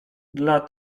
dla